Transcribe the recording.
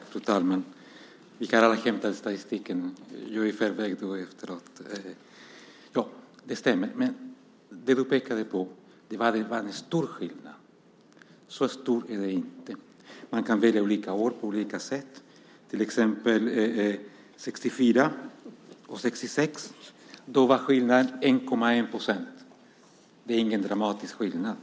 Fru talman! Vi kan alla hämta statistiken. Jag gjorde det i förväg, och du gjorde det efteråt. Det som du säger stämmer, men du sade att det var en väldigt stor skillnad. Så stor är den inte. Man kan välja år på olika sätt, till exempel 1964 och 1966 då skillnaden var 1,1 procent. Det är ingen dramatisk skillnad.